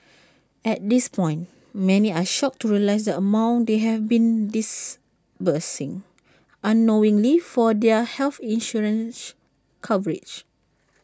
at that point many are shocked to realise the amount they have been disbursing unknowingly for their health insurance coverage